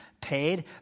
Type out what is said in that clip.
paid